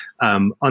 on